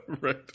Right